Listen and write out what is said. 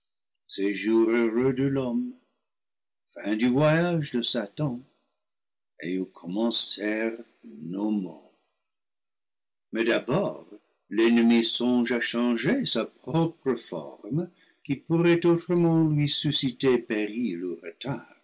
séjour heureux de l'homme fin du voyage de satan et où commencèrent nos maux mais d'abord l'ennemi songe à changer sa propre forme qui pourrait autrement lui susciter péril ou retard